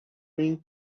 ring